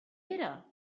era